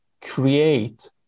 create